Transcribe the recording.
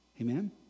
Amen